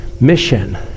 mission